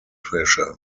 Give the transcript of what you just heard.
pressure